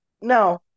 no